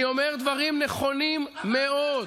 אני אומר דברים נכונים מאוד.